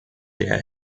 der